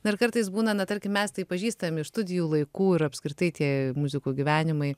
na ir kartais būna na tarkim mes tai pažįstami iš studijų laikų ir apskritai tie muzikų gyvenimai